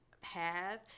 path